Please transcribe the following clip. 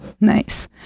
Nice